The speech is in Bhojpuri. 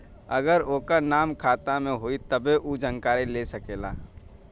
अगर ओकर नाम खाता मे होई तब्बे ऊ जानकारी ले सकेला